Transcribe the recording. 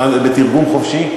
ובתרגום חופשי?